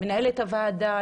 מנהלת הוועדה,